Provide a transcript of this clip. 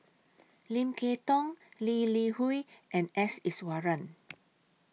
Lim Kay Tong Lee Li Hui and S Iswaran